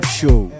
show